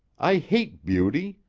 i hate beauty.